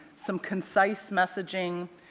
some concise messaging,